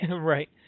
Right